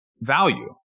value